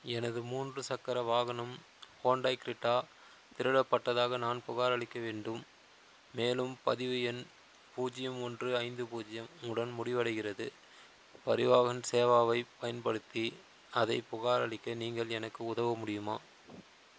எனது மூன்று சக்கர வாகனம் ஹோண்டாய் க்ரெட்டா திருடப்பட்டதாக நான் புகாரளிக்க வேண்டும் மேலும் பதிவு எண் பூஜ்ஜியம் ஒன்று ஐந்து பூஜ்ஜியம் உடன் முடிவடைகிறது பரிவாஹன் சேவாவைப் பயன்படுத்தி அதை புகாரளிக்க நீங்கள் எனக்கு உதவ முடியுமா